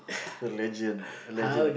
legend legend